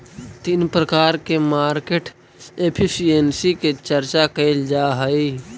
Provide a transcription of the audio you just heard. तीन प्रकार के मार्केट एफिशिएंसी के चर्चा कैल जा हई